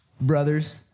brothers